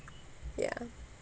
ya